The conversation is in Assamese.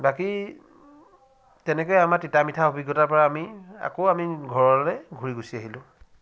বাকী তেনেকৈ আমাৰ তিতা মিঠা অভিজ্ঞতাৰপৰা আমি আকৌ আমি ঘৰলৈ ঘূৰি গুচি আহিলোঁ